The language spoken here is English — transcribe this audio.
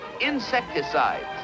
insecticides